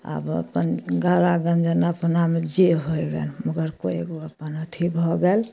आब ओ अपन गारागञ्जन अपनामे जे होइ गन ओकर कोइ एगो अपन अथी भऽ गेल